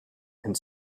and